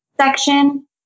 section